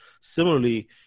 Similarly